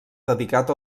dedicat